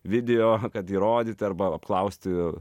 video kad įrodyti arba apklausti